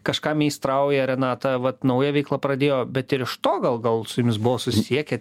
kažką meistrauja renata vat naują veiklą pradėjo bet ir iš to gal gal su jumis buvo susisiekę